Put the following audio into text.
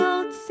Old